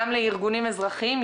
גם לארגונים אזרחיים,